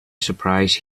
surprise